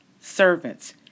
servants